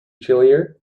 chillier